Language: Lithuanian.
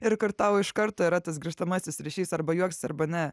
ir kur tau iš karto yra tas grįžtamasis ryšys arba juoksis arba ne